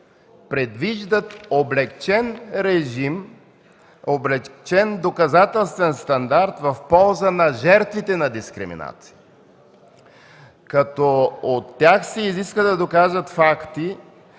предвиждат облекчен режим, облекчен доказателствен стандарт в полза на жертвите от дискриминация, като от тях се изисква да доказват факти,